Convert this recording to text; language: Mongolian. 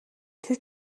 тэр